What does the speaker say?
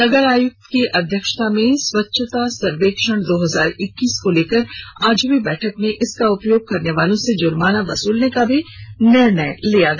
नगर आयुक्त की अध्यक्षता में स्वच्छ सर्वेक्षण दो हजार इक्कीस को लेकर आज हुई बैठक में इसका उपयोग करने वालों से जुर्माना वसूलने का भी निर्णय लिया गया